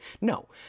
No